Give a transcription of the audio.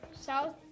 south